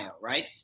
right